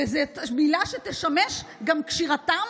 וזו מילה שתשמש גם לקשירתם,